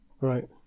Right